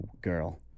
girl